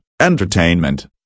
entertainment